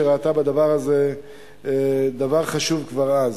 שראתה בדבר הזה דבר חשוב כבר אז.